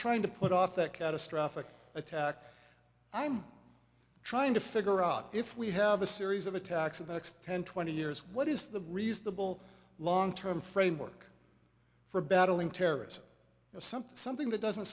trying to put off that catastrophic attack i'm trying to figure out if we have a series of attacks of the next ten twenty years what is the reasonable long term framework for battling terrorists something something that doesn't